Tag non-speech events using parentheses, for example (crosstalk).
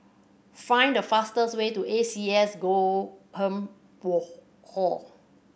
find the fastest way to A C S (unintelligible) Oldham Hall